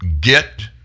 get